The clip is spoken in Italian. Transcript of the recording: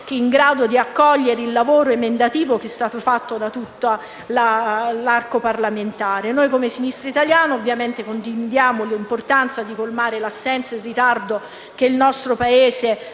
in grado di accogliere il lavoro emendativo svolto da tutto l'arco parlamentare. Come Sinistra Italiana condividiamo l'importanza di colmare l'assenza ed ritardo che il nostro Paese